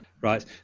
Right